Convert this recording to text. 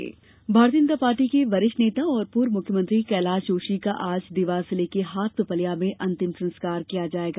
जोशी निधन भारतीय जनता पार्टी के वरिष्ठ नेता और पूर्व मुख्यमंत्री कैलाश जोशी का आज देवास जिले के हाटपिपलिया में अंतिम संस्कार किया जायेगा